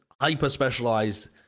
hyper-specialized